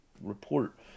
report